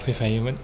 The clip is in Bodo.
फैफायोमोन